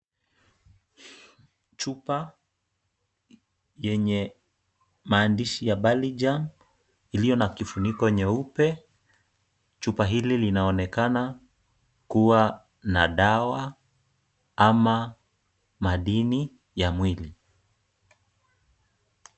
Chupa yenye maandishi ya Balijaam iliyo na kifuniko nyeupe. Chupa hili linaonekana kuwa na dawa ama madini ya mwili.